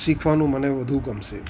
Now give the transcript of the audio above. શીખવાનું મને વધુ ગમશે